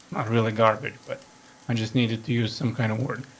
not really garbage, but i just needed to use some kind of word.